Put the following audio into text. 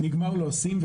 נגמר לו הסים,